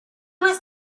was